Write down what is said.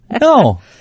No